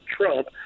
trump